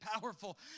powerful